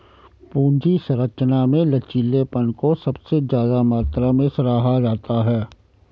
पूंजी संरचना में लचीलेपन को सबसे ज्यादा मात्रा में सराहा जाता है